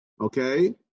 Okay